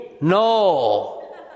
No